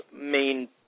main